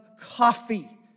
coffee